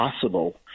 possible